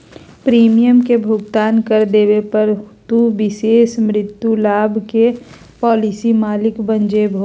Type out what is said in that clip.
premium के भुगतान कर देवे पर, तू विशेष मृत्यु लाभ के पॉलिसी मालिक बन जैभो